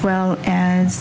well as